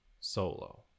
solo